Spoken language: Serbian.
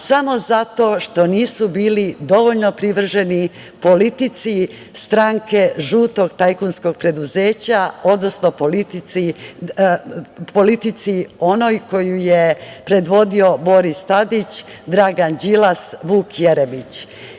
samo zato što nisu bili dovoljno privrženi politici stranke žutog tajkunskog preduzeća, odnosno politici onoj koju je predvodio Boris Tadić, Dragan Đilas, Vuk Jeremić.